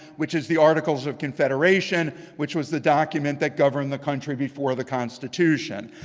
which is the articles of confederation, which was the document that governed the country before the constitution.